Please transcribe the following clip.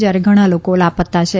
જયારે ઘણા લોકો લાપતા છે